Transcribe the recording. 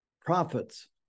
prophets